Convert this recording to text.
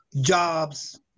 jobs